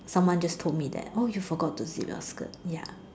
someone just told me that oh you forgot to zip your skirt ya